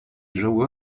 jahoua